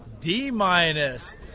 D-minus